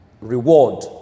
reward